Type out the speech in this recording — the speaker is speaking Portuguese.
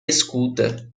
escuta